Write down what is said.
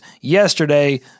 yesterday